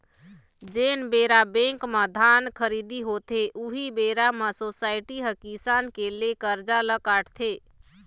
जेन बेरा बेंक म धान खरीदी होथे, उही बेरा म सोसाइटी ह किसान के ले करजा ल काटथे